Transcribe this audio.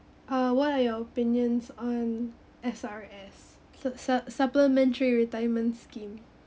uh what're your opinions on S_R_S sup~ sup~ supplementary retirement scheme